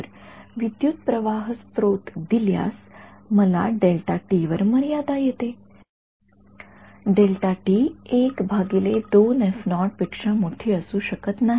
तर विद्युतप्रवाह स्त्रोत दिल्यास मला वर मर्यादा येते पेक्षा मोठी असू शकत नाही